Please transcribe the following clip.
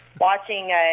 watching